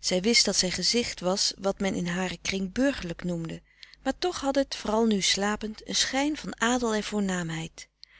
zij wist dat zijn gezicht was wat men in haren kring burgerlijk noemde maar toch had het vooral nu slapend een schijn van adel en